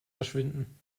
verschwinden